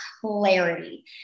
clarity